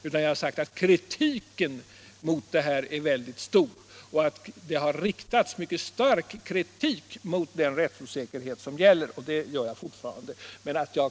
Vad jag sagt är att kritiken mot detta är väldigt stor och att det har riktats mycket stark kritik mot den rättsosäkerhet som gäller — och det menar jag fortfarande.